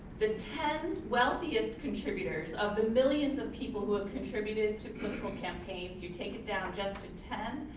the ten wealthiest contributors of the millions of people who have contributed to political campaigns, you take it down just to ten,